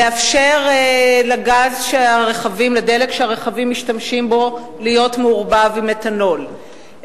לאפשר לדלק שהרכבים משתמשים בו להיות מעורבב עם מתנול,